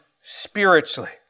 spiritually